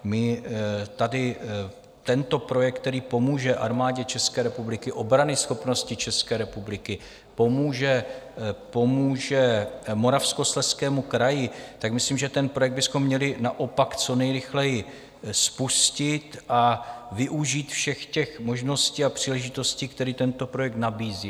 My tady tento projekt, který pomůže Armádě České republiky, obranyschopnosti České republiky, pomůže Moravskoslezskému kraji, si myslím, že ten projekt bychom měli naopak co nejrychleji spustit a využít všech možností a příležitostí, které tento projekt nabízí.